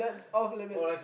off limits